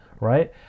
right